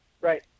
Right